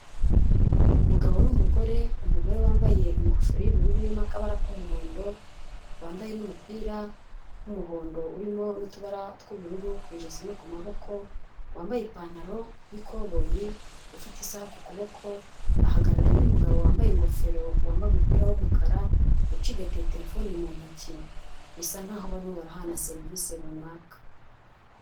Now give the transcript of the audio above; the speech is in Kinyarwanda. Umugabo n'umugore, umugore wambaye ingofero y'ubururu irimo akabara k'umuhondo, wambaye n'umupira w'umuhondo urimo n'utubara tw'ubururu ku ijosi no ku maboko, wambaye ipantaro y'ikoboyi ufite isaha ku kuboko, ahagararanye n'umugabo wambaye ingofero, wambaye umupira w'umukara ucigatita telefoni mu ntoki, bisa nk'aho barimo barahana serivisi runaka.